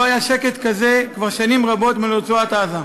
לא היה שקט כזה כבר שנים רבות מרצועת-עזה.